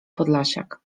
podlasiak